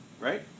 Right